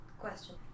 Question